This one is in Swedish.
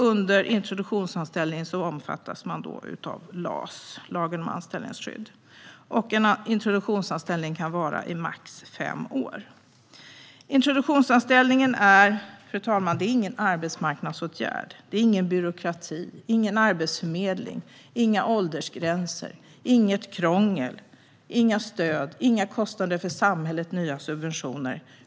Under introduktionsanställningen omfattas man av LAS, lagen om anställningsskydd. Och en introduktionsanställning kan vara i max fem år. Fru talman! Introduktionsanställningen är inte någon arbetsmarknadsåtgärd. Det är ingen byråkrati, ingen arbetsförmedling, inga åldersgränser, inget krångel, inga stöd och inga kostnader för samhället i form av nya subventioner.